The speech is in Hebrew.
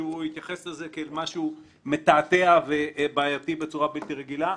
שהוא התייחס לזה כמשהו מתעתע ובעייתי בצורה בלתי רגילה.